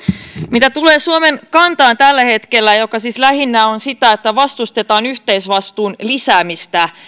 mitä tulee suomen kantaan tällä hetkellä joka siis lähinnä on sitä että vastustetaan yhteisvastuun lisäämistä